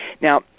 Now